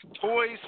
toys